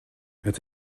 het